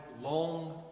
long